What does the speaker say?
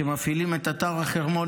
שמפעילים את אתר החרמון,